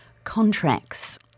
contracts